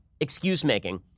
excuse-making